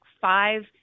five